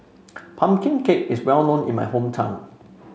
pumpkin cake is well known in my hometown